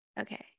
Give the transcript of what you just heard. Okay